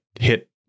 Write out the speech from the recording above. hit